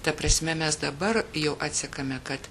ta prasme mes dabar jau atsekame kad